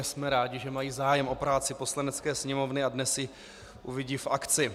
Jsme rádi, že mají zájem o práci Poslanecké sněmovny, a dnes ji uvidí v akci.